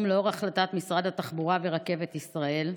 לאור החלטת משרד התחבורה ורכבת ישראל.